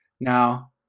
Now